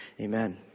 Amen